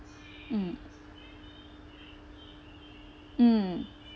mm mm